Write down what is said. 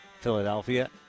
Philadelphia